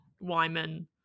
Wyman